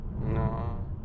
No